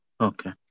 Okay